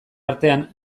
artean